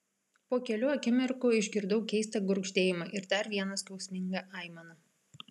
po kelių akimirkų išgirdau keistą gurgždėjimą ir dar vieną skausmingą aimaną